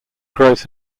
growth